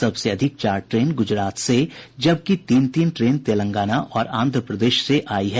सबसे अधिक चार ट्रेन गुजरात से जबकि तीन तीन ट्रेन तेलंगाना और आंध्र प्रदेश से आयी है